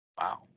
Wow